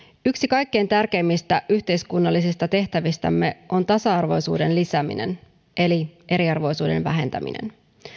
yksi kaikkein tärkeimmistä yhteiskunnallisista tehtävistämme on tasa arvoisuuden lisääminen eli eriarvoisuuden vähentäminen